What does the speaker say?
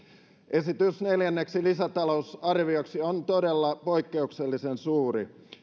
esitys neljänneksi lisätalousarvioksi on todella poikkeuksellisen suuri